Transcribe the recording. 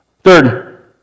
Third